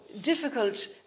difficult